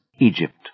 Egypt